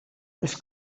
els